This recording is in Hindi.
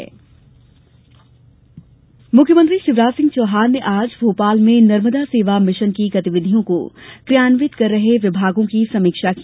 सीएम मुख्यमंत्री शिवराज सिंह चौहान ने आज भोपाल में नर्मदा सेवा मिशन की गतिविधियों को क्रियान्वित कर रहे विभागों की समीक्षा की